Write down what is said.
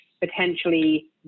potentially